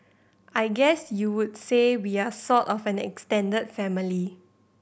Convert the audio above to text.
I guess you would say we are sort of an extended family